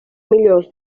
millors